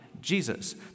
Jesus